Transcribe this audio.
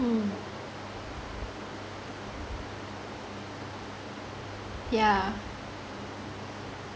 mm yeah